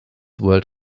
world